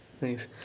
Nice